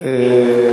אדוני היושב-ראש?